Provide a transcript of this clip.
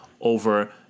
over